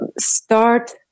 start